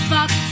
Fuck